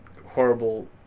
horrible